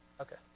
Okay